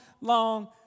long